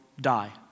die